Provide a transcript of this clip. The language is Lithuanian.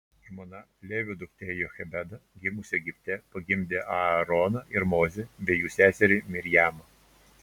žmona levio duktė jochebeda gimusi egipte pagimdė aaroną ir mozę bei jų seserį mirjamą